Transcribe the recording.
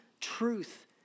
truth